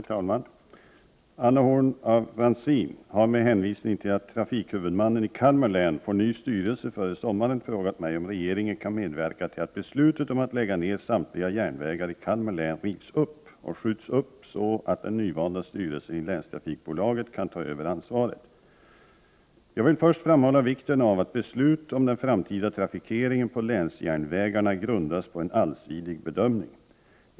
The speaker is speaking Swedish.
Herr talman! Anna Horn af Rantzien har, med hänvisning till att trafikhuvudmannen i Kalmar län får ny styrelse före sommaren, frågat mig om regeringen kan medverka till att beslutet om att lägga ner samtliga järnvägar i Kalmar län rivs upp eller skjuts upp så att den nyvalda styrelsen i länstrafikbolaget kan ta över ansvaret. Jag vill först framhålla vikten av att beslut om den framtida trafikeringen på länsjärnvägarna grundas på en allsidig bedömning.